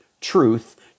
truth